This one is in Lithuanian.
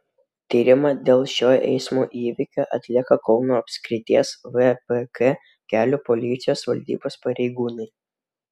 tyrimą dėl šio eismo įvykio atlieka kauno apskrities vpk kelių policijos valdybos pareigūnai